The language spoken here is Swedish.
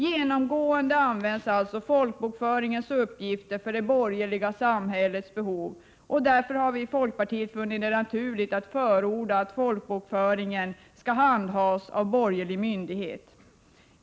Genomgående används alltså folkbokföringens uppgifter för det borgerliga samhällets behov, och därför har vi i folkpartiet funnit det naturligt att förorda att folkbokföringen skall handhas av en borgerlig myndighet.